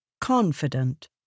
confident